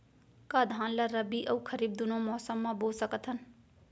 का धान ला रबि अऊ खरीफ दूनो मौसम मा बो सकत हन?